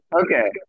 Okay